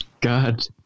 God